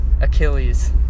Achilles